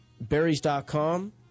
berries.com